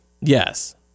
Yes